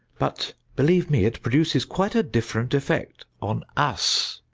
but, believe me, it produces quite a different effect on us.